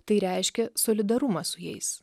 tai reiškia solidarumą su jais